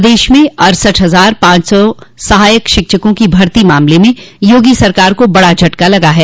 प्रदेश में अड़सठ हजार पांच सौ सहायक शिक्षकों की भर्ती मामले में योगी सरकार को बड़ा झटका लगा है